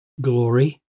glory